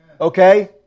Okay